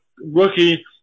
Rookie